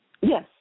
Yes